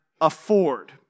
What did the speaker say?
afford